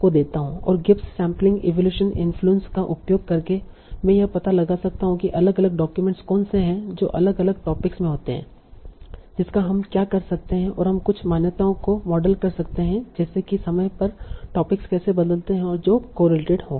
और Gibbs sampling evaluation influence का उपयोग करके मैं यह पता लगा सकता हूं कि अलग अलग डॉक्यूमेंट कौन से हैं जो अलग अलग टॉपिक्स में होते हैं जिसका हम क्या कर सकते हैं और हम कुछ मान्यताओं को मॉडल कर सकते हैं जैसे कि समय पर टोपिक कैसे बदलते हैं और जो कोरिलेटेड हो